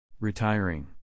Retiring